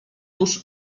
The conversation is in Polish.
nuż